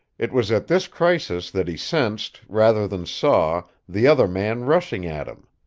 it was at this crisis that he sensed, rather than saw, the other man rushing at him.